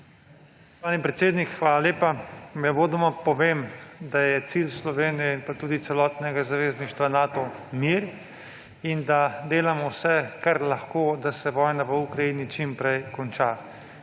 predsednik, hvala lepa. Naj uvodoma povem, da je cilj Slovenije pa tudi celotnega zavezništva Nato mir in da delamo vse, kar lahko, da se vojna v Ukrajini čim prej konča.